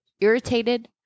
irritated